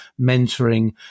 mentoring